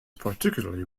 particularly